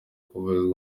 kuvuza